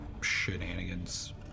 shenanigans